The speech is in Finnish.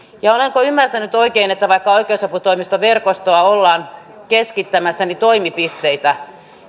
olenko ymmärtänyt oikein että vaikka oikeusaputoimistoverkostoa ollaan keskittämässä niin toimipisteitä